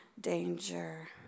danger